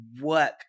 work